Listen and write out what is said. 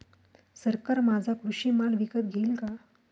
सरकार माझा कृषी माल विकत घेईल का?